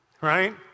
Right